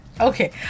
Okay